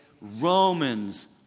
Romans